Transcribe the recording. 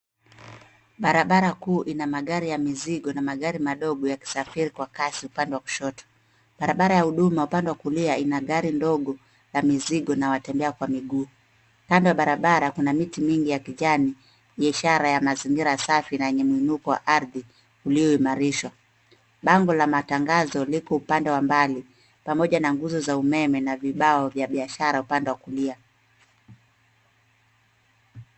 Barabara kuu ina magari ya mizigo na magari madogo yakisafiri kwa kasi upande wa kushoto. Barabara ya huduma upande wa kulia ina gari ndogo la mizigo na watembea kwa miguu. Kando ya barabara kuna miti mingi ya kijani ni ishara ya mazingira safi na yenye mwinuko wa ardhi ulioimarishwa. Bango la matangazo liko upande wa mbali pamoja na nguzo za umeme na vibao vya biashara upande wa kulia.